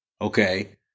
Okay